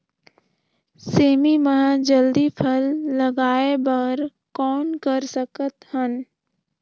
सेमी म जल्दी फल लगाय बर कौन कर सकत हन?